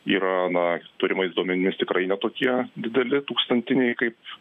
yra na turimais duomenimis tikrai ne tokie dideli tūkstantiniai kaip